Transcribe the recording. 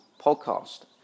podcast